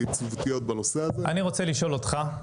אני רוצה לשאול אותך,